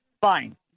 Fine